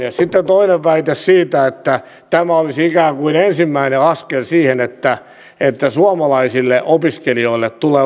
sitten toinen väite siitä että tämä olisi ikään kuin ensimmäinen askel siihen että suomalaisille opiskelijoille tulee lukukausimaksut